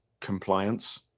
Compliance